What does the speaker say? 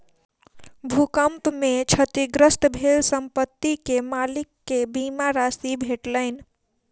भूकंप में क्षतिग्रस्त भेल संपत्ति के मालिक के बीमा राशि भेटलैन